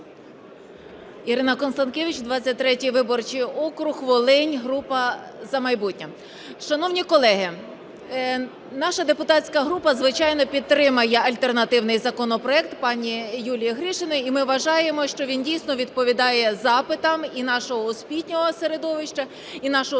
Ірина Констанкевич, 23 виборчий округ, Волинь, група "За майбутнє". Шановні колеги, наша депутатська група, звичайно, підтримає альтернативний законопроект пані Юлії Гришиної. І ми вважаємо, що він дійсно відповідає запитам і нашого освітнього середовища і нашого